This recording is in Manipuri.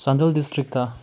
ꯆꯥꯟꯗꯦꯜ ꯗꯤꯁꯇ꯭ꯔꯤꯛꯇ